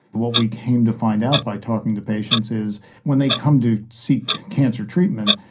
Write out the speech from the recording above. what we came to find out by talking to patients is when they come to seek cancer treatment,